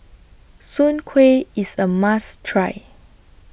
Soon Kway IS A must Try